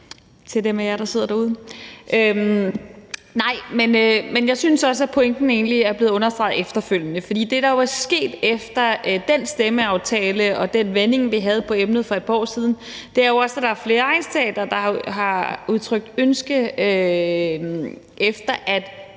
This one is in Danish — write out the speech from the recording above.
jeg synes også, at pointen egentlig er blevet understreget efterfølgende, for det, der er sket efter den stemmeaftale og den drøftelse, vi havde af emnet for et par år siden, er jo også, at der er flere egnsteatre, der har udtrykt ønske om på